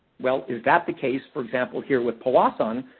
well, is that the case, for example, here with powassan,